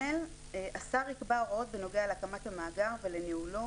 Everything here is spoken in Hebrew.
(ג)השר יקבע הוראות בנוגע להקמת המאגר ולניהולו,